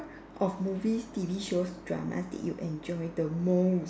of movie T_V shows dramas did you enjoy the most